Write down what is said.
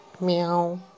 Meow